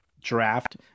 draft